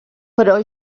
però